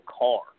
car